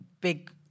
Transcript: big